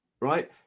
Right